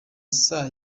saa